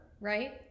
right